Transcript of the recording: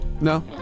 No